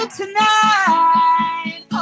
tonight